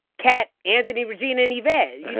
katt, anthony, regina and yvette know,